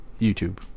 YouTube